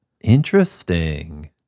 Interesting